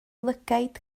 lygaid